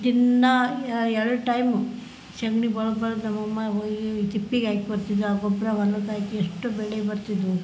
ದಿನಾ ಎರಡು ಟೈಮು ಸಗ್ಣಿ ಬಳ್ದು ಬಳ್ದು ನಮ್ಮಮ್ಮ ಹೋಗಿ ತಿಪ್ಪಿಗೆ ಹಾಕ್ ಬರ್ತಿದ್ದರು ಆ ಗೊಬ್ಬರ ಹೊಲಕ್ ಹಾಕಿದ್ರೆ ಎಷ್ಟು ಬೆಳೆ ಬರ್ತಿದ್ದವು